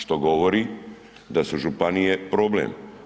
Što govori da su županije problem.